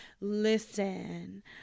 Listen